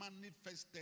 manifested